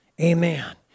Amen